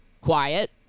quiet